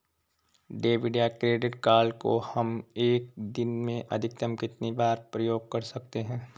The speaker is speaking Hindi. डेबिट या क्रेडिट कार्ड को हम एक दिन में अधिकतम कितनी बार प्रयोग कर सकते हैं?